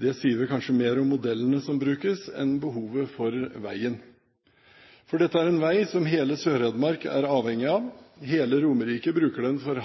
Det sier vel kanskje mer om modellen som brukes, enn behovet for veien. Dette er en vei som hele Sør-Hedmark er avhengig av, hele Romerike bruker den for